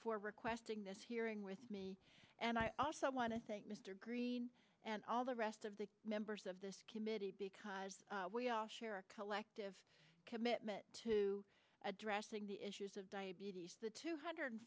for requesting this hearing with me and i also want to thank mr greene and all the rest of the members of this committee because we all share a collective commitment to addressing the issues of diabetes the two hundred